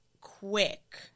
quick